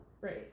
Right